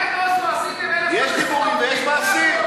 רק את אוסלו עשיתם, יש דיבורים ויש מעשים.